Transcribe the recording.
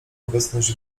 obecność